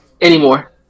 anymore